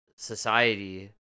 society